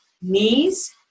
Knees